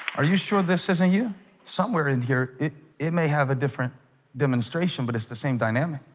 are you sure this isn't you somewhere in here it it may have a different demonstration, but it's the same dynamic